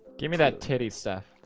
give me that teddy stuff.